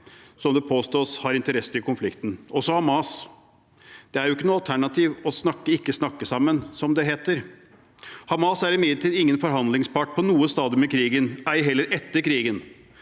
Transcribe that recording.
som det påstås har interesser i konflikten – også Hamas. Det er jo ikke noe alternativ ikke å snakke sammen, som det heter. Hamas er imidlertid ingen forhandlingspart på noe stadium i krigen, ei heller etter krigen.